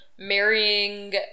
Marrying